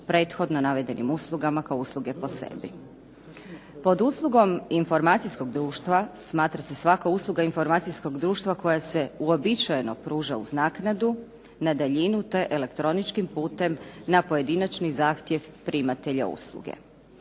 prethodno navedenim uslugama kao usluge po sebi. Pod uslugom informacijskog društva smatra se svaka usluga informacijskog društva koja se uobičajeno pruža uz naknadu na daljinu, te elektroničkim putem na pojedinačni zahtjev primatelja usluge.